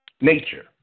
Nature